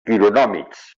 quironòmids